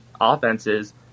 offenses